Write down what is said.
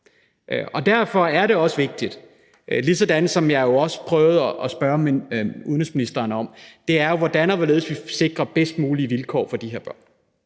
om. Derfor er det også vigtigt – og det prøvede jeg også at spørge udenrigsministeren om – hvordan og hvorledes vi sikrer bedst mulige vilkår for de her børn.